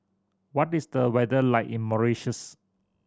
what is the weather like in Mauritius